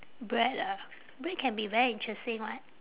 bread ah bread can be very interesting [what]